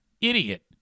Idiot